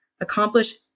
accomplish